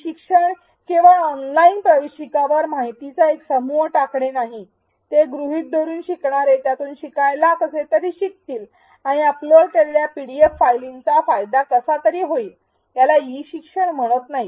E शिक्षण केवळ online प्रवेशिकावर माहितीचा एक समूह टाकणे नाही ते गृहीत धरून शिकणारे त्यातून शिकायला कसेतरी शिकतील आणि अपलोड केलेल्या पीडीएफ फायलींचा फायदा कसा तरी होईल याला ई शिक्षण म्हणत नाही